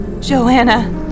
Joanna